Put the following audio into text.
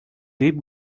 deep